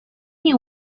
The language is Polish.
nie